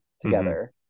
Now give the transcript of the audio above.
together